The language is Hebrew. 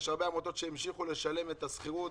יש הרבה עמותות שהמשיכו לשלם את השכירות